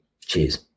Cheers